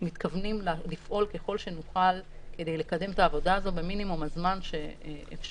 מתכוונים לפעול ככל שנוכל כדי לקדם את העבודה הזו במינימום הזמן שאפשרי.